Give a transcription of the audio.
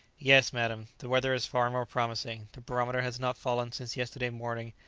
yes, madam, the weather is far more promising the barometer has not fallen since yesterday morning,